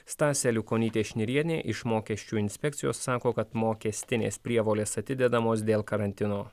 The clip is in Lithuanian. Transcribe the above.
stasė aliukonytė šnirienė iš mokesčių inspekcijos sako kad mokestinės prievolės atidedamos dėl karantino